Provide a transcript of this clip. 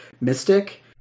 Mystic